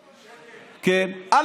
שקר, שקר.